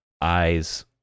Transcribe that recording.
eyes